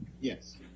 Yes